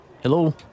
Hello